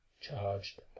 charged